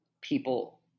people